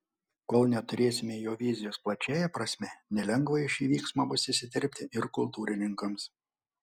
kol neturėsime jo vizijos plačiąja prasme nelengva į šį vyksmą bus įsiterpti ir kultūrininkams